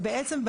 בעצם,